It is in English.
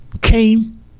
came